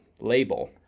label